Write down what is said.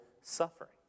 suffering